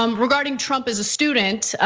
um regarding trump as a student,